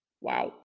wow